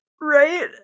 right